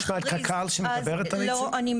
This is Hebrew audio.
אולי נשמע את קק"ל שמטפלת בעצים -- לא,